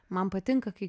man patinka kai